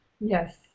Yes